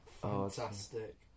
fantastic